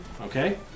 Okay